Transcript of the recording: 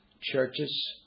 churches